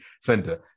center